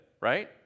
right